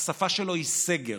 השפה שלו היא סגר,